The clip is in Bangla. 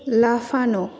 লাফানো